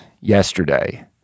yesterday